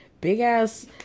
big-ass